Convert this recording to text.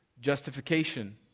justification